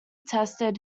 tested